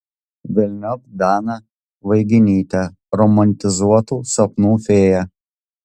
velniop daną vaiginytę romantizuotų sapnų fėją